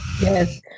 Yes